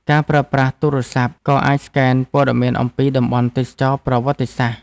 ការប្រើប្រាស់ទូរស័ព្ទ ក៏អាចស្កេនព័ត៌មានអំពីតំបន់ទេសចរណ៍ប្រវត្តិសាស្ត្រ។